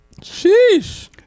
Sheesh